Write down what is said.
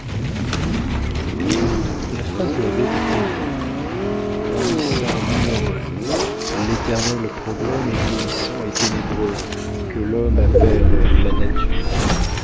la face de la bête est terrible on y sent l'ignoré l'éternel problème éblouissant et ténébreux que l'homme appelle la nature